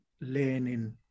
learning